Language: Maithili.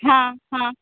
हँ हँ